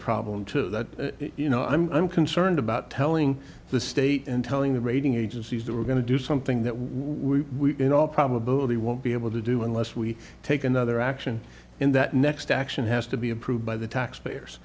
problem too that you know i'm concerned about telling the state and telling the rating agencies that we're going to do something that we in all probability won't be able to do unless we take another action in that next action has to be approved by the taxpayers